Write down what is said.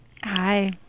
Hi